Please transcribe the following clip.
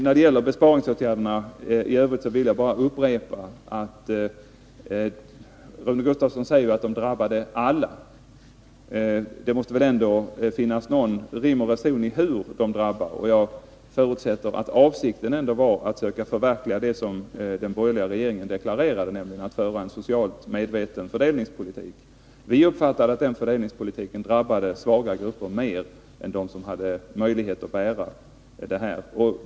När det gäller besparingsåtgärderna i övrigt säger Rune Gustavsson att de drabbade alla, men det måste väl ändå finnas någon rim och reson i hur de drabbar. Och jag förutsätter att avsikten ändå var att söka förverkliga det som den borgerliga regeringen deklarerade, nämligen att föra en socialt medveten fördelningspolitik. Vi uppfattade att den fördelningspolitiken drabbade svaga grupper mer än dem som hade möjlighet att bära konsekvenserna.